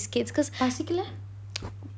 பாசிகளை:pasikala